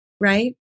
right